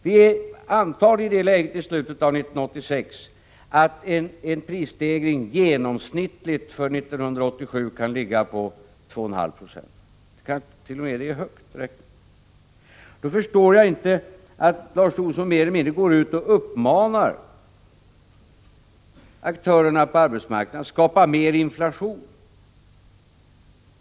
Vi är antagligen i det läget i slutet av 1986 att förutsättningarna för 1987 är sådana att en prisstegring genomsnittligt kan komma att ligga på 2,5 Zo. Det kanske t.o.m. är högt räknat. Jag kan därför inte förstå att Lars Tobisson mer eller mindre går ut och uppmanar aktörerna på arbetsmarknaden att skapa mer inflation.